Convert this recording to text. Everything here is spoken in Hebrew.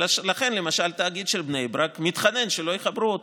לכן למשל התאגיד של בני ברק מתחנן שלא יחברו אותו.